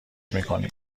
میکنیم